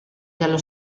dallo